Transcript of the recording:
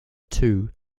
too